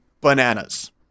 bananas